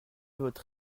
votre